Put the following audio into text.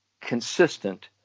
consistent